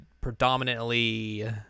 predominantly